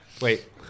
Wait